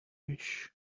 wish